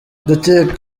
ndekezi